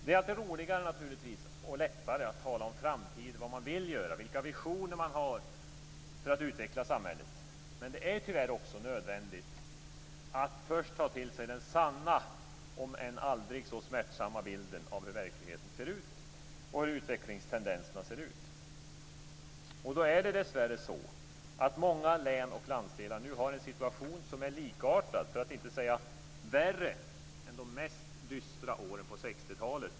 Det är naturligtvis alltid roligare och lättare att tala om framtiden, om vad man vill göra, om vilka visioner man har för att utveckla samhället. Men det är tyvärr också nödvändigt att först ta till sig den sanna, om än aldrig så smärtsamma, bilden av hur verkligheten och utvecklingstendenserna ser ut. Då är det dessvärre så att många län och landsdelar nu har en situation som är likartad med, för att inte säga värre än, de mest dystra åren på 60-talet.